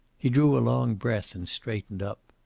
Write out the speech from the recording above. he drew a long breath and straightened up.